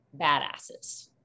badasses